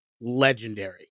legendary